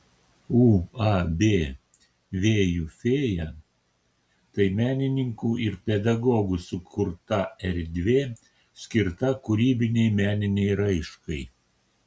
uab vėjų fėja tai menininkų ir pedagogų sukurta erdvė skirta kūrybinei meninei raiškai